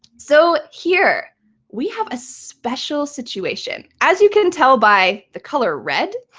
so here we have a special situation. as you can tell by the color red,